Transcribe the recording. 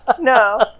No